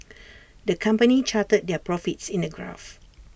the company charted their profits in A graph